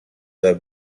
where